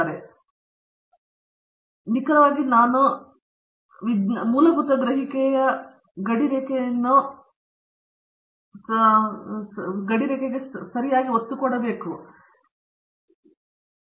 ಪ್ರತಾಪ್ ಹರಿಡೋಸ್ ಸರಿ ವಿಜ್ಞಾನವು ಮೂಲಭೂತ ಗ್ರಹಿಕೆಯು ಗಡಿರೇಖೆಯನ್ನು ಹೆಚ್ಚು ಗಮನಾರ್ಹವಾಗಿ ತಳ್ಳುತ್ತದೆ ಮತ್ತು ಸ್ಥಳೀಯವಾಗಿ ತಿರುಚಬಹುದುಅದನ್ನು ಸೇರಿಸಿ